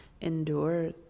endure